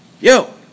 Yo